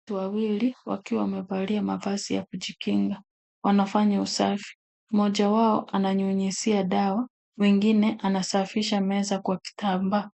Watu wawili wakiwa wamevalia mavazi ya kujikinga wanafanya usafi. Mmoja wao ananyunyizia dawa mwingine anasafisha meza kwa kitambaa.